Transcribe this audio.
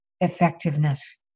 effectiveness